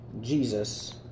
Jesus